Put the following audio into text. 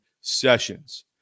sessions